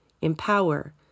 empower